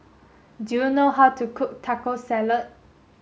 do you know how to cook Taco Salad